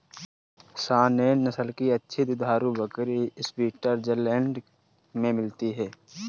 Saanen नस्ल की अच्छी दुधारू बकरी स्विट्जरलैंड में मिलती है